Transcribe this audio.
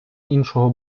іншого